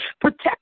Protect